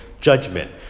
judgment